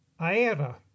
Aera